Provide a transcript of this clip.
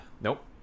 Nope